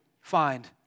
find